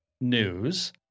news